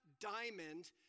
diamond